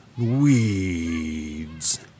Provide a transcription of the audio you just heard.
Weeds